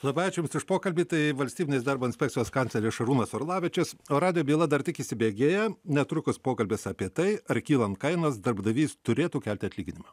labai ačiū jums už pokalbį tai valstybinės darbo inspekcijos kancleris šarūnas orlavičius o radijo byla dar tik įsibėgėja netrukus pokalbis apie tai ar kylant kainoms darbdavys turėtų kelti atlyginimą